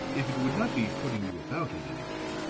if it would not be putting you about in any way,